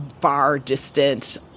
far-distant